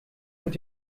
mit